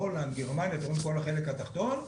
הולנד, גרמניה, כל מי שבחלק התחתון,